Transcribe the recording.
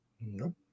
nope